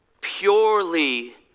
purely